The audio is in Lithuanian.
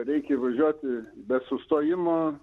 reikia važiuoti be sustojimo